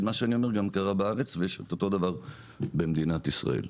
מה שאני אומר גם קרה בארץ ויש את אותו דבר במדינת ישראל.